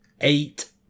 eight